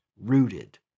rooted